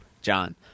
John